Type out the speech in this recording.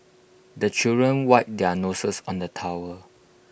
the children wipe their noses on the towel